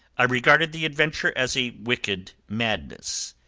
i regarded the adventure as a wicked madness.